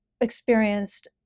experienced